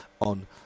on